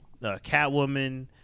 Catwoman